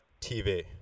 TV